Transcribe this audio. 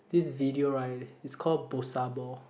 this video right it's called bosu ball